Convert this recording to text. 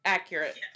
Accurate